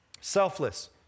Selfless